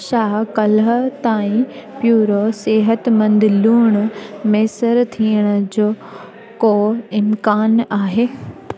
छा कल्ह ताईं प्यूरो सेहतमंदु लूणु मैसर थियण जो को इम्कान आहे